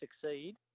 succeed